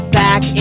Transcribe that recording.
back